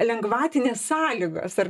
lengvatinės sąlygos ar